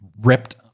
ripped